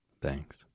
Thanks